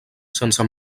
sense